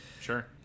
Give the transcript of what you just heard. sure